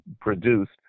produced